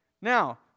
Now